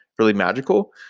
really magical.